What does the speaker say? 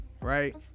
right